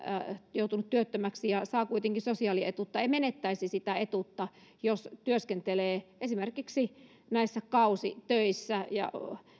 joutunut työttömäksi ja saa kuitenkin sosiaalietuutta ei menettäisi sitä etuutta jos työskentelee esimerkiksi näissä kausitöissä